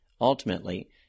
Ultimately